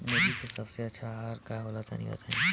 मुर्गी के सबसे अच्छा आहार का होला तनी बताई?